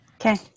Okay